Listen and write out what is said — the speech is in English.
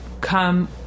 come